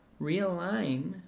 realign